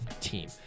team